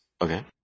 okay